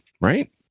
right